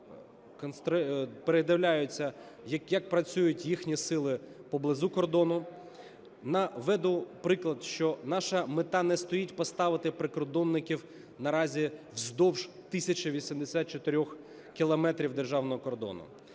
передивляються, як працюють їхні сили поблизу кордону. Наведу приклад, що наша мета не стоїть поставити прикордонників наразі вздовж 1 тисячі 84 кілометрів державного кордону.